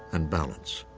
and balance.